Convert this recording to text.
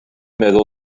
meddwl